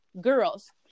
girls